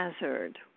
Hazard